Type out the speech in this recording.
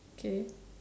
K